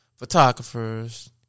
photographers